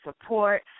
support